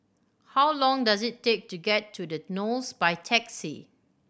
how long does it take to get to The Knolls by taxi